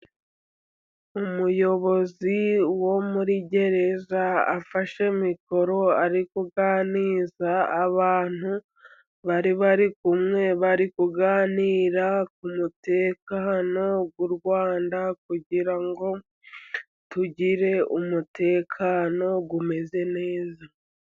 Umuyobozi wo muri gereza afashe mikoro, ari kuganiriza abantu bari bari kumwe. Bari kuganira ku mutekano w’u Rwanda kugira ngo tugire umutekano umeze neza.